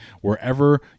wherever